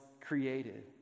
created